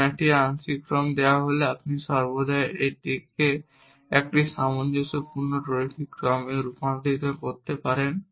কারণ একটি আংশিক ক্রম দেওয়া হলে আপনি সর্বদা এটিকে একটি সামঞ্জস্যপূর্ণ রৈখিক ক্রমে রূপান্তর করতে পারেন